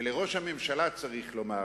ולראש הממשלה צריך לומר: